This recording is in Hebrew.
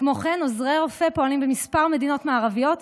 כמו כן, עוזרי רופא פועלים בכמה מדינות מערביות,